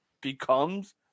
becomes